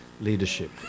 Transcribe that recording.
leadership